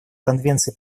конвенции